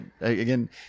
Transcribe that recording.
again